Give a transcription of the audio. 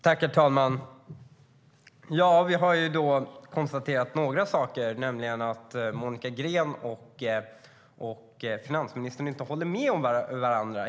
Herr talman! Vi har kunnat konstatera att Monica Green och finansministern inte håller med varandra.